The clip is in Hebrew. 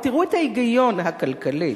תראו את ההיגיון הכלכלי.